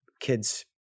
kids